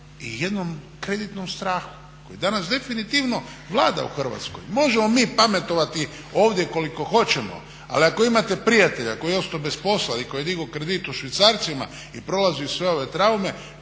i jednom kreditnom strahu koji danas definitivno vlada u Hrvatskoj. Možemo mi pametovati ovdje koliko hoćemo, ali ako imate prijatelja koji je ostao bez posla ili koji je digao kredit u švicarcima i prolazi sve ove traume,